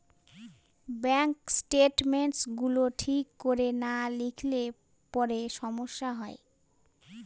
bank statements গুলো ঠিক করে না লিখলে পরে সমস্যা হয়